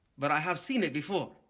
but i have seen it before.